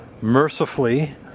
Mercifully